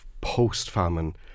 post-famine